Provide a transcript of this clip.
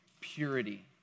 purity